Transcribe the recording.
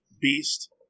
beast